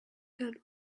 done